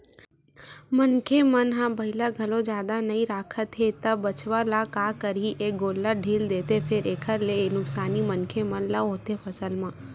मनखे मन ह बइला घलोक जादा नइ राखत हे त बछवा ल का करही ए गोल्लर ढ़ील देथे फेर एखर ले नुकसानी मनखे मन ल होथे फसल म